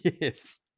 Yes